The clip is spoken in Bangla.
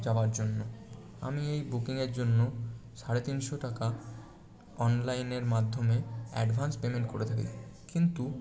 যাওয়ার জন্য আমি এই বুকিংয়ের জন্য সাড়ে তিনশো টাকা অনলাইনের মাধ্যমে অ্যাডভান্স পেমেন্ট করে থাকি কিন্তু